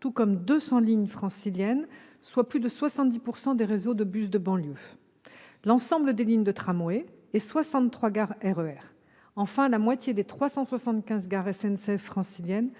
tout comme 200 lignes franciliennes, soit plus de 70 % du réseau des bus de banlieue, l'ensemble des lignes de tramway et 63 gares RER. Enfin, la moitié des 375 gares SNCF franciliennes,